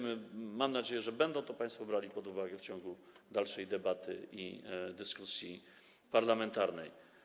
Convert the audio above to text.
Mam nadzieję, że będą to państwo brali pod uwagę w dalszej debacie i dyskusji parlamentarnej.